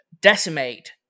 decimate